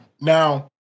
Now